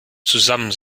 zusammen